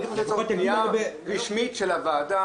אני חושב שצריכה להיות פנייה רשמית של הוועדה.